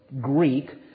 Greek